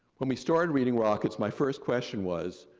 when we started reading rockets, my first question was,